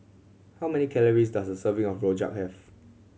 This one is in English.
how many calories does a serving of rojak have